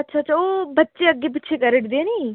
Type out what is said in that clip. अच्छा अच्छा ओह् बच्चे अग्गें पिच्छे करी ओड़दे निं